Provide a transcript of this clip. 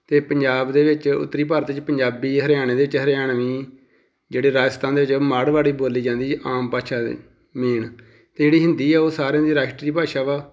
ਅਤੇ ਪੰਜਾਬ ਦੇ ਵਿੱਚ ਉੱਤਰੀ ਭਾਰਤ 'ਚ ਪੰਜਾਬੀ ਹਰਿਆਣੇ ਵਿੱਚ ਹਰਿਆਣਵੀ ਜਿਹੜੇ ਰਾਜਸਥਾਨ ਦੇ ਵਿੱਚ ਉਹ ਮਾੜਵਾੜੀ ਬੋਲੀ ਜਾਂਦੀ ਏ ਆਮ ਭਾਸ਼ਾ ਏ ਮੇਨ ਅਤੇ ਜਿਹੜੀ ਹਿੰਦੀ ਆ ਉਹ ਸਾਰਿਆਂ ਦੀ ਰਾਸ਼ਟਰੀ ਭਾਸ਼ਾ ਵਾ